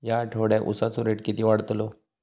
या आठवड्याक उसाचो रेट किती वाढतलो?